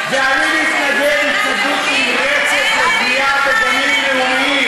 ואני מתנגד התנגדות נמרצת לבנייה בגנים לאומיים,